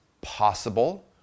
possible